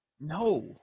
No